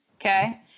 Okay